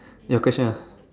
your question ah